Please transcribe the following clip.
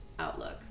outlook